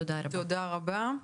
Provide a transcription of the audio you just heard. תודה רבה.